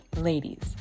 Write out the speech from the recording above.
Ladies